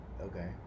okay